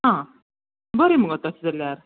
आ बरे मुगो तशे जाल्यार